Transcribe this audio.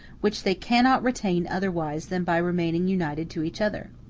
which they cannot retain otherwise than by remaining united to each other.